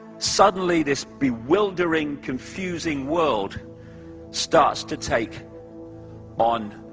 suddenly, this bewildering, confusing world starts to take on